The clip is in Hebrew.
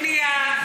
אין בנייה,